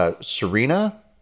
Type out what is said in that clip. Serena